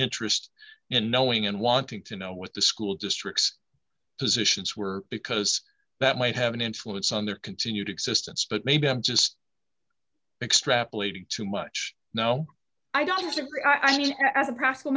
interest in knowing and wanting to know what the school district's positions were because that might have an influence on their continued existence but maybe i'm just extrapolating too much now i don't agree i think as a practical